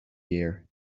year